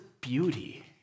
beauty